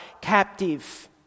captive